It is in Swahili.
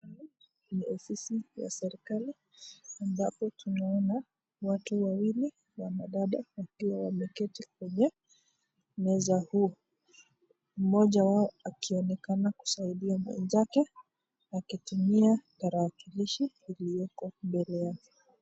Hapa ni ofisi ya serkali ambapo tunaona watu wawili mwana dada wakiwa wameketi kwenye, meza huu moja wao akionekana kusaidia mwenzake akitumia tarakilishi iliyopo mbele yake.